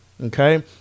Okay